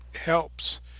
helps